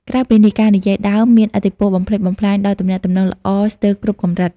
ក្រៅពីនេះការនិយាយដើមមានឥទ្ធិពលបំផ្លិចបំផ្លាញដល់ទំនាក់ទំនងល្អស្ទើរគ្រប់កម្រិត។